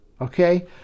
okay